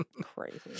Crazy